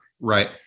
Right